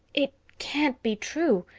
it can't be true,